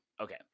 Okay